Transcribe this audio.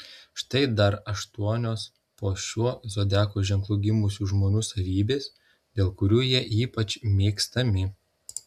štai dar aštuonios po šiuo zodiako ženklu gimusių žmonių savybės dėl kurių jie ypač mėgstami